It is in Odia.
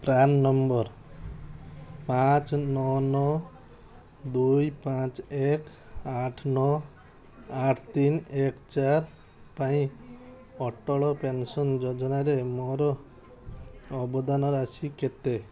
ପ୍ରାନ୍ ନମ୍ବର ପାଞ୍ଚ ନଅ ନଅ ଦୁଇ ପାଞ୍ଚ ଏକ ଆଠ ନଅ ଆଠ ତିନି ଏକ ଚାରି ପାଇଁ ଅଟଳ ପେନ୍ସନ୍ ଯୋଜନାରେ ମୋର ଅବଦାନ ରାଶି କେତେ